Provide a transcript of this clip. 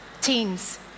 teens